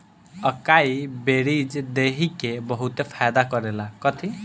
अकाई berries देहि के बहुते फायदा करेला